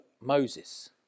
Moses